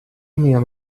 mir